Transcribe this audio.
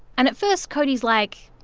and at first, cody's like,